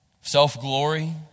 self-glory